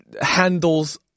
handles